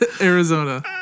Arizona